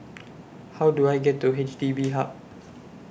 How Do I get to H D B Hub